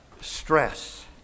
stress